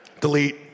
delete